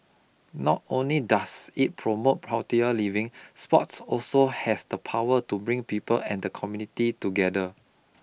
not only does it promote healthier living sports also has the power to bring people and the community together